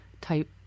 type